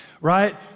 right